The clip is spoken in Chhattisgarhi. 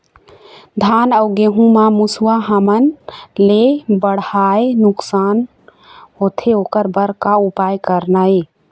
धान अउ गेहूं म मुसवा हमन ले बड़हाए नुकसान होथे ओकर बर का उपाय करना ये?